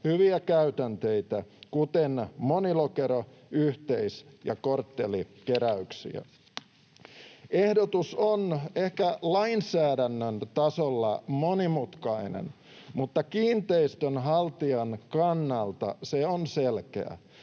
hyviä käytänteitä, kuten monilokero-, yhteis- ja korttelikeräyksiä. Ehdotus on ehkä lainsäädännön tasolla monimutkainen, mutta kiinteistönhaltijan kannalta se on selkeä.